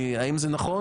האם זה נכון?